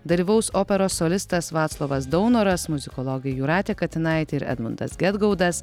dalyvaus operos solistas vaclovas daunoras muzikologai jūratė katinaitė ir edmundas gedgaudas